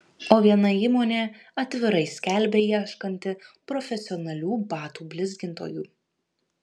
o viena įmonė atvirai skelbia ieškanti profesionalių batų blizgintojų